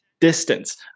distance